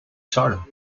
zahlung